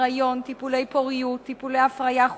היריון, טיפולי פוריות, טיפולי הפריה חוץ-גופית,